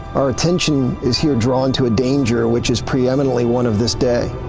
our attention is here drawn to a danger which is preeminently one of this day.